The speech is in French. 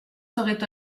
serait